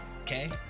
okay